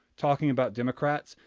talking about democrats,